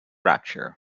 rapture